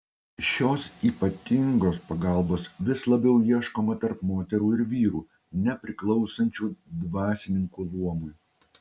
šios ypatingos pagalbos vis labiau ieškoma tarp moterų ir vyrų nepriklausančių dvasininkų luomui